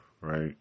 right